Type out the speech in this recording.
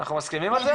אנחנו מסכימים על זה?